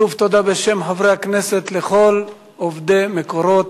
שוב תודה בשם חברי הכנסת לכל עובדי "מקורות".